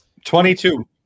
22